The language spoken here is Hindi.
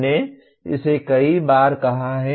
हमने इसे कई बार कहा है